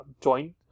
joint